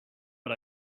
but